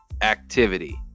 activity